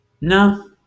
No